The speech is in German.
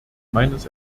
meines